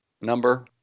number